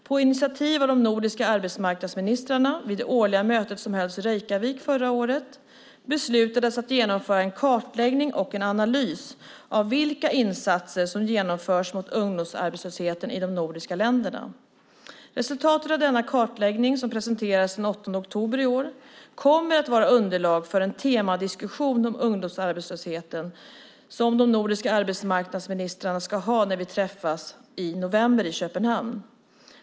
På initiativ av de nordiska arbetsmarknadsministrarna vid det årliga mötet som hölls i Reykjavik förra året beslutades att genomföra en kartläggning och en analys av de insatser som genomförs mot ungdomsarbetslösheten i de nordiska länderna. Resultatet av denna kartläggning, som presenterades den 8 oktober i år, kommer att vara underlag för en temadiskussion om ungdomsarbetslösheten som de nordiska arbetsmarknadsministrarna ska ha när vi träffas i november i Köpenhamn.